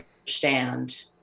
understand